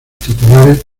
titulares